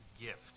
gift